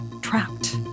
Trapped